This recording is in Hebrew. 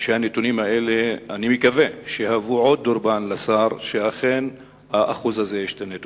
מקווה שהנתונים האלה יהוו עוד דרבון לשר שהאחוז הזה ישתנה.